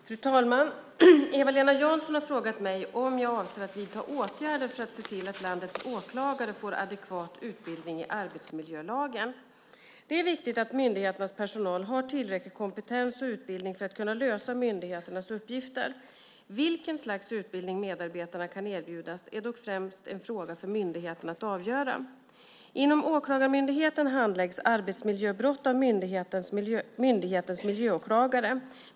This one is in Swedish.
Fru talman! Eva-Lena Jansson har frågat mig om jag avser att vidta åtgärder för att se till att landets åklagare får adekvat utbildning i arbetsmiljölagen. Det är viktigt att myndigheternas personal har tillräcklig kompetens och utbildning för att kunna lösa myndigheternas uppgifter. Vilket slags utbildning medarbetarna kan erbjudas är dock främst en fråga för myndigheten att avgöra. Inom Åklagarmyndigheten handläggs arbetsmiljöbrott av myndighetens miljöåklagare.